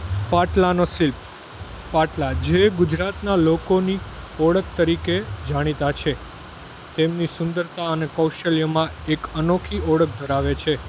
પાટલાનો શિલ્પ પાટલા જે ગુજરાતનાં લોકોની ઓળખ તરીકે જાણીતા છે તેમની સુંદરતા અને કૌશલ્યમાં એક એનોખી ઓળખ ધરાવે છે